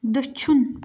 دٔچھُن